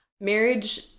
Marriage